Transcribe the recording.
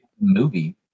movie